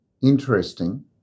Interesting